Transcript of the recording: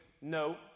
no